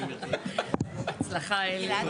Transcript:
על